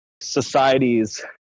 societies